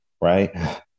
Right